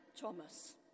Thomas